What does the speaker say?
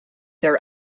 their